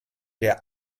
der